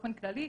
באופן כללי,